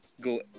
go